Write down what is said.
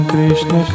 Krishna